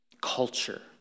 culture